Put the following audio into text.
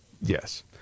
Yes